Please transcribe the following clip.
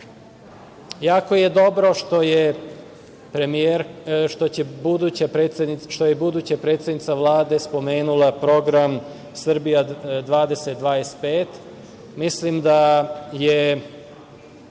je dobro što je buduća predsednica Vlade spomenula program „Srbija 20/25“. Mislim da je